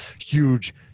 huge